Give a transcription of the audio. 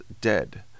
Dead